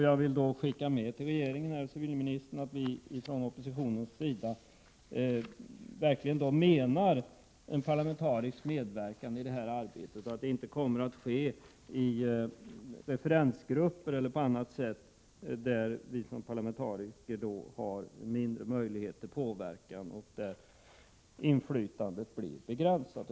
Jag vill då till civilministern och den övriga regeringen från oppositionens sida framföra att vi verkligen menar en parlamentarisk medverkan i detta arbete, och att denna medverkan inte kommer att ske i referensgrupper eller på annat sätt där vi parlamentariker har mindre möjligheter att påverka och där inflytandet blir begränsat.